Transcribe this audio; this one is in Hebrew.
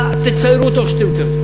תציירו אותו איך שתרצו.